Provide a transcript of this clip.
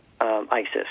ISIS